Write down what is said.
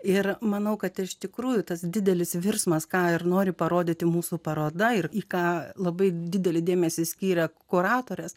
ir manau kad iš tikrųjų tas didelis virsmas ką ir nori parodyti mūsų paroda ir į ką labai didelį dėmesį skiria kuratorės